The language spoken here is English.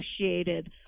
associated